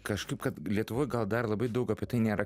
kažkaip kad lietuvoj gal dar labai daug apie tai nėra